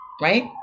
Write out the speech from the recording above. Right